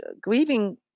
grieving